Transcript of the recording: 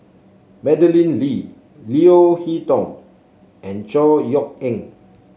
Madeleine Lee Leo Hee Tong and Chor Yeok Eng